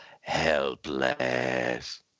helpless